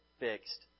fixed